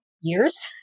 Years